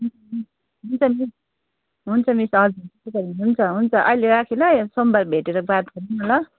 हुन्छ मिस हुन्छ मिस हजुर हुन्छ अहिले राखेँ ल सोमबार भेटेर बात गरौँ न ल